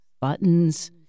buttons